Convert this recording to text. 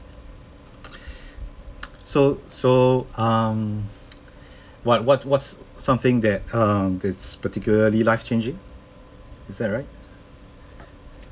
so so um what what what's something that um is particularly life changing is that right